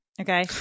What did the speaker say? okay